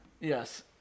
Yes